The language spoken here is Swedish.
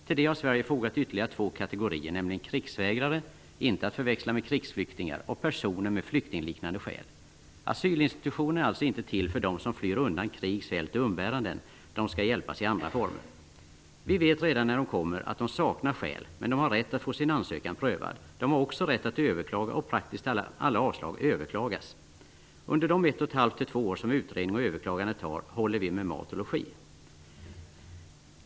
''Till det har Sverige fogat ytterligare två kategorier, nämligen krigsvägrare och personer med ''Asylinstitutionen är alltså inte till för dem som flyr undan krig, svält och umbäranden. De skall hjälpas i andra former.'' ''Vi vet redan när de kommer, att de saknar skäl, men de har rätt att få sin ansökan prövad. De har också rätt att överklaga och praktiskt taget alla avslag överklagas. Under de 1,5 till 2 år som utredning och överklagande tar, håller vi med mat och logi.''